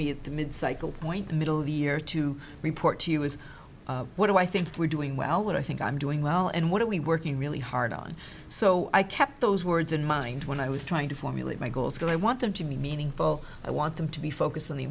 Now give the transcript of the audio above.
me at the mid cycle point middle of the year to report to you is what do i think we're doing well what i think i'm doing well and what are we working really hard on so i kept those words in mind when i was trying to formulate my goals go i want them to be meaningful i want them to be focused on the